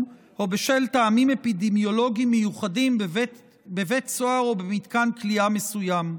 או בשל טעמים אפידמיולוגיים מיוחדים בבית סוהר או במתקן כליאה מסוים.